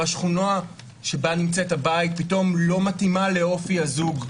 השכונה שבה נמצאת הבית פתאום לא מתאימה לאופי הזוג.